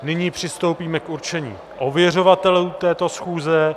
Nyní přistoupíme k určení ověřovatelů této schůze.